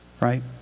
right